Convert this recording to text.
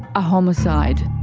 a homicide.